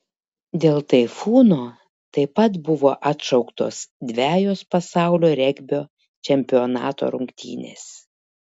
dėl taifūno taip pat buvo atšauktos dvejos pasaulio regbio čempionato rungtynės